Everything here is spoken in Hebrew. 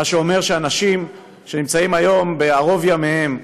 מה שאומר שאנשים שנמצאים היום בערוב ימיהם,